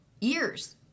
years